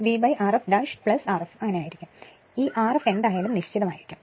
ഈ ആർഎഫ് എന്തായാലും നിശ്ചിതം ആയിരിക്കും